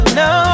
no